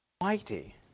mighty